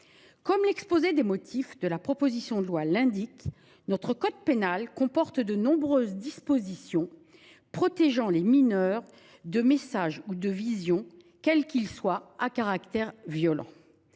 Comme l’exposé des motifs de la proposition de loi l’indique, le code pénal comporte de nombreuses dispositions protégeant les mineurs de messages ou d’images, quels qu’ils soient, à caractère violent.